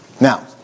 Now